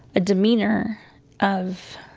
a demeanor of